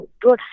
good